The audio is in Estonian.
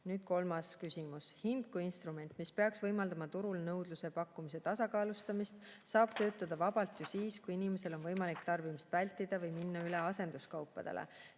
küsimus: "Hind kui instrument, mis peaks võimaldama turul nõudluse ja pakkumise tasakaalustamist, saab töötada vabalt ju siis, kui inimesel on võimalik tarbimist vältida või minna üle asenduskaupadele.